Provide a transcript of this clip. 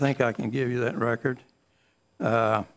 think i can give you that record